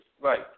right